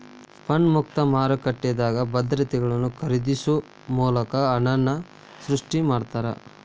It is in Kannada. ಫೆಡ್ ಮುಕ್ತ ಮಾರುಕಟ್ಟೆದಾಗ ಭದ್ರತೆಗಳನ್ನ ಖರೇದಿಸೊ ಮೂಲಕ ಹಣನ ಸೃಷ್ಟಿ ಮಾಡ್ತಾರಾ